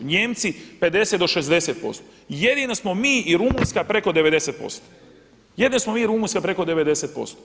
Nijemci 50 o 60%, jedina smo mi i Rumunjska preko 90%, jedino smo mi i Rumunjska preko 90%